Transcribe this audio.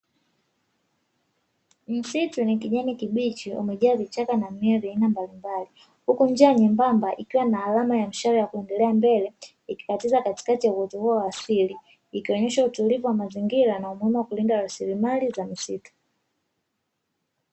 Msitu wenye kijani kibichi na vichaka umeja mimea ya aina mbalimbali uku njia nyembemba ikiwa na alama y a mshale kuendelea mbele ikikatiza katikati ya uoto uo wa asili ikionyesha utulivu wa mazingira na umuhimu wa kulinda lasilimali za misitu.